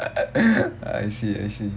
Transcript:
I see I see